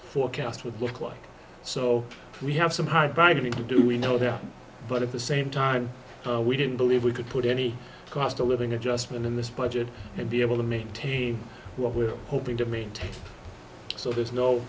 forecast would look like so we have some hard driving to do we know there but at the same time we didn't believe we could put any cost of living adjustment in this budget and be able to maintain what we're hoping to maintain so there's no